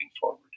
forward